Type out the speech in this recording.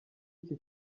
iki